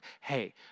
hey